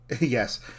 Yes